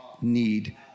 Need